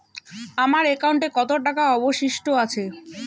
আমার একাউন্টে কত টাকা অবশিষ্ট আছে?